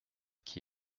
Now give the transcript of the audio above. qui